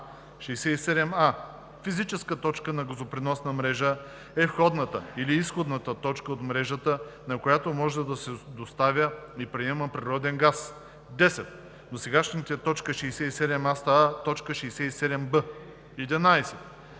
„67а. „Физическа точка на газопреносна мрежа“ е входната или изходната точка от мрежата, на която може да се доставя и приема природен газ.“ 10. Досегашната т. 67а става т. 67б. 11.